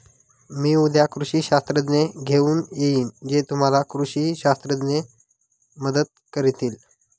मी उद्या कृषी शास्त्रज्ञ घेऊन येईन जे तुम्हाला कृषी शास्त्रात मदत करतील